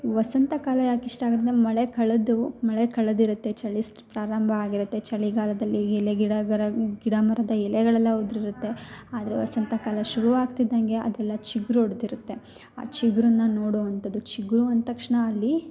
ವಸಂತಕಾಲ ಯಾಕೆ ಇಷ್ಟ ಆಗುತ್ತೆ ಅಂದರೆ ಮಳೆ ಕಳೆದು ಮಳೆ ಕಳೆದಿರುತ್ತೆ ಚಳಿ ಸ್ ಪ್ರಾರಂಭ ಆಗಿರುತ್ತೆ ಚಳಿಗಾಲದಲ್ಲಿ ಎಲೆ ಗಿಡ ಗರ ಗಿಡ ಮರದ ಎಲೆಗಳೆಲ್ಲ ಉದುರಿರುತ್ತೆ ಆದರೆ ವಸಂತಕಾಲ ಶುರು ಆಗ್ತಿದ್ದಂತೆ ಅದೆಲ್ಲ ಚಿಗ್ರು ಒಡೆದಿರುತ್ತೆ ಆ ಚಿಗುರನ್ನ ನೋಡೋ ಅಂಥದು ಚಿಗುರು ಅಂದ ತಕ್ಷಣ ಅಲ್ಲಿ